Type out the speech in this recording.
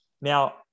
Now